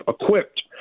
equipped